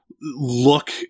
look